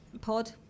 Pod